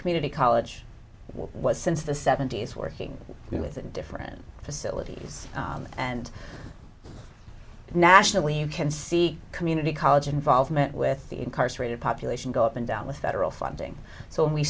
community college was since the seventy's working with different facilities and nationally you can see community college involvement with the incarcerated population go up and down with federal funding so when we